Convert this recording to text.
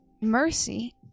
mercy